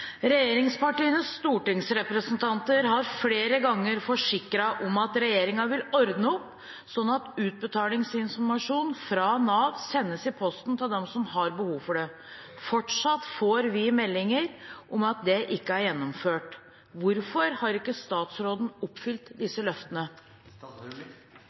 «Regjeringspartienes stortingsrepresentanter har flere ganger forsikret om at regjeringen vil ordne opp slik at utbetalingsinformasjon fra Nav sendes i posten til dem som har behov for det. Fortsatt får vi meldinger om at dette ikke er gjennomført. Hvorfor har ikke statsråden oppfylt